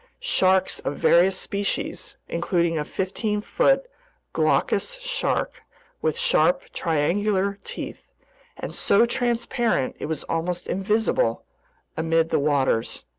sharks of various species including a fifteen-foot glaucous shark with sharp triangular teeth and so transparent it was almost invisible amid the waters,